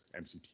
mct